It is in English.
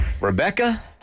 Rebecca